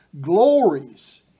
glories